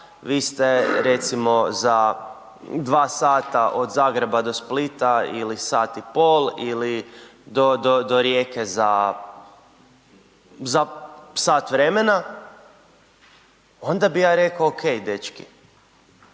vi ste recimo za 2 sata od Zagreba do Splita ili 1,5 sat ili do Rijeke za sat vremena, onda bi ja reko OK dečki,